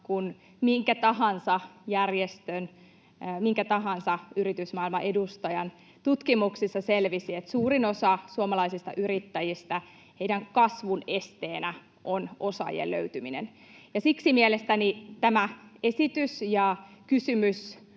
ja minkä tahansa yritysmaailman edustajan tutkimuksissa selvisi, että suurimman osan suomalaisista yrittäjistä kasvun esteenä on osaajien löytyminen. Mielestäni tämä esitys ja kysymys